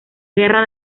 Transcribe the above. guerra